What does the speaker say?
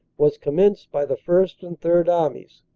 was com menced by the first and third armies.